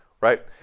right